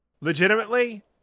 Legitimately